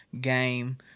game